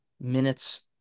minutes